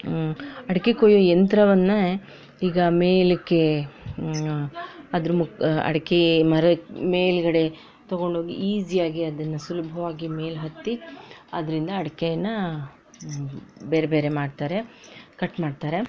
ಅಡಿಕೆ ಕೊಯ್ಯೋ ಯಂತ್ರವನ್ನೇ ಈಗ ಮೇಲಕ್ಕೆ ಅದ್ರ ಮುಕ್ ಅಡಿಕೆ ಮರ ಮೇಲಗಡೆ ತೊಗೊಂಡು ಹೋಗಿ ಈಸಿಯಾಗಿ ಅದನ್ನು ಸುಲಭ್ವಾಗಿ ಮೇಲೆ ಹತ್ತಿ ಅದರಿಂದ ಅಡಿಕೇನ ಬೇರೆ ಬೇರೆ ಮಾಡ್ತಾರೆ ಕಟ್ ಮಾಡ್ತಾರೆ